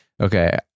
okay